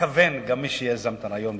שהתכוון גם מי שיזם את הרעיון בזמנו.